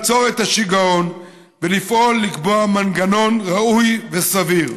ולעצור את השיגעון ולפעול לקבוע מנגנון ראוי וסביר.